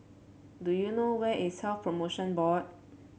do you know where is Health Promotion Board